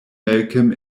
malcolm